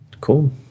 Cool